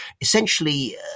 essentially